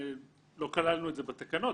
לא כללנו את זה בתקנות,